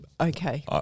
Okay